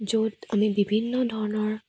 য'ত আমি বিভিন্ন ধৰণৰ